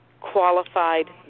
qualified